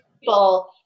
people